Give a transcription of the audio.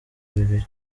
bibiri